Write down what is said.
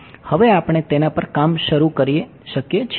હવે આપણે તેના પર કામ શરૂ કરી શકીએ છીએ